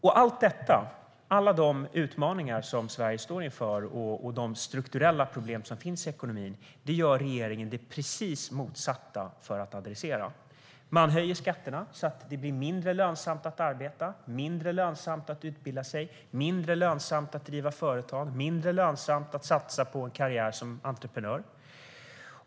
I fråga om alla de utmaningar som Sverige står inför och de strukturella problem som finns i ekonomin gör regeringen precis det motsatta för att adressera. Man höjer skatterna så att det blir mindre lönsamt att arbeta, mindre lönsamt att utbilda sig, mindre lönsamt att driva företag och mindre lönsamt att satsa på en karriär som entreprenör.